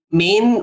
main